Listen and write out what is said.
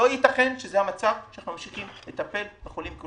לא ייתכן שזה המצב, כשכולנו ממשיכים לטפל בחולים.